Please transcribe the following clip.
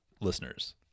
listeners